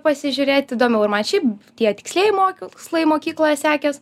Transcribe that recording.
pasižiūrėt įdomiau ir mat šiaip tie tikslieji mokslai mokykloje sekės